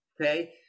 okay